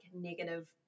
negative